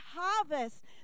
harvest